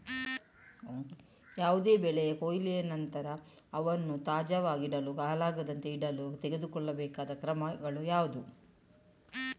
ಯಾವುದೇ ಬೆಳೆಯ ಕೊಯ್ಲಿನ ನಂತರ ಅವನ್ನು ತಾಜಾ ಆಗಿಡಲು, ಹಾಳಾಗದಂತೆ ಇಡಲು ತೆಗೆದುಕೊಳ್ಳಬೇಕಾದ ಕ್ರಮಗಳು ಯಾವುವು?